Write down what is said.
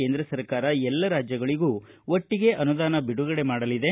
ಕೇಂದ್ರ ಸರ್ಕಾರ ಎಲ್ಲ ರಾಜ್ಯಗಳಗೂ ಒಟ್ಟಿಗೆ ಅನುದಾನ ಬಿಡುಗಡೆ ಮಾಡಲಿದೆ